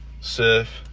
Surf